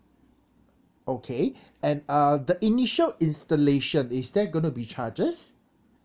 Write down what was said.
okay and uh the initial installation is there gonna be charges